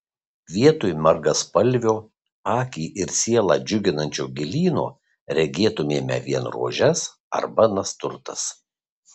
vietoj margaspalvio akį ir sielą džiuginančio gėlyno regėtumėme vien rožes arba nasturtas